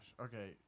okay